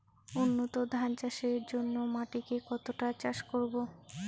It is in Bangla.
উন্নত ধান চাষের জন্য মাটিকে কতটা চাষ করব?